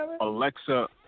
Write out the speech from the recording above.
Alexa